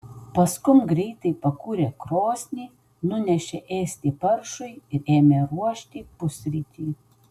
paskum greitai pakūrė krosnį nunešė ėsti paršui ir ėmė ruošti pusrytį